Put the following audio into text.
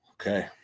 Okay